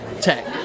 tech